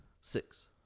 Six